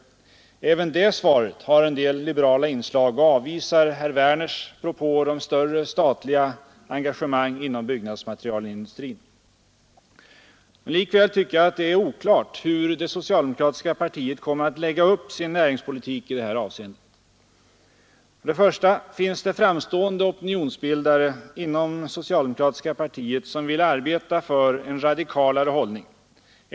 Även det svaret har en del liberala inslag och avvisar herr Werners propåer om större statliga engagemang inom byggnadsmaterialindustrin. Likväl tycker jag att det är oklart hur det socialdemokratiska partiet kommer att lägga upp sin näringspolitik i detta avseende. För det första finns det framstående opinionsbildare inom det socialdemokratiska partiet som vill arbeta för en radikalare hållning.